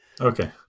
Okay